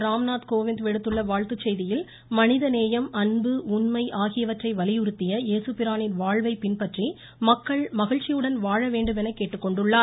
ராம்நாத் கோவிந்த் விடுத்துள்ள வாழ்த்துச் செய்தியில் மனித நேயம் அன்பு உண்மை ஆகியவந்றை வலியுறுத்திய ஏசுபிரானின் வாழ்வை பின்பற்றி மக்கள் மகிழ்ச்சியுடன் வாழ வேண்டும் என கேட்டுக்கொண்டுள்ளார்